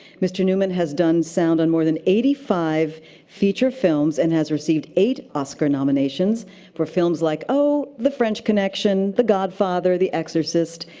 mr. newman has done sound on more than eighty five feature films and has received eight oscar nominations for films like, oh, the french connection, the godfather, the exorcist.